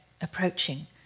approaching